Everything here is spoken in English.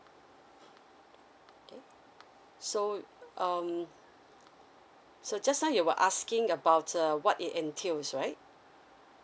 okay so um so just now you were asking about uh what it entails right